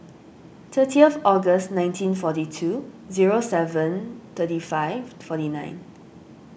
thirty August nineteen forty two zero seven thirty five forty nine